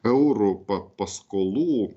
eurų paskolų